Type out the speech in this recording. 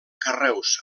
carreus